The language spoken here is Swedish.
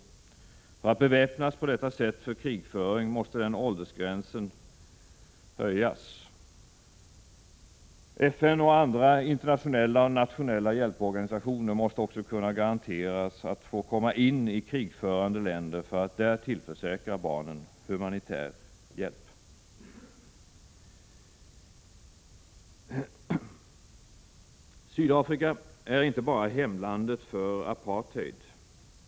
Åldersgränsen för att beväpnas på detta sätt för krigföring måste höjas. FN och andra internationella och nationella hjälporganisationer måste också kunna garanteras att få komma in i krigförande länder för att där tillförsäkra barnen humanitär hjälp. Sydafrika är inte bara hemlandet för apartheid.